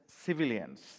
civilians